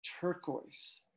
turquoise